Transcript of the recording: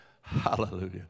hallelujah